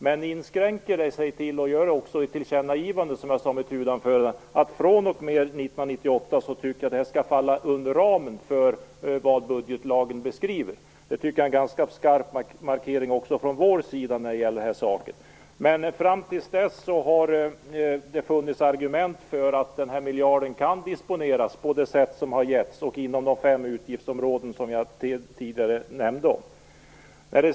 Men vi gör också ett tillkännagivande, som jag sade i mitt huvudanföranden, att fr.o.m. 1998 skall detta falla inom ramen för vad budgetlagen beskriver. Jag tycker att det är en ganska skarp markering från vår sida i den här frågan. Men fram till dess har det funnits argument för att den här miljarden kan disponeras på det sätt som har angetts och inom de fem utgiftsområden som jag tidigare nämnde.